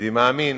כיהודי מאמין: